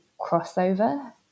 crossover